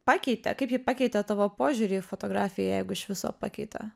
pakeitė kaip ji pakeitė tavo požiūrį į fotografiją jeigu iš viso pakeitė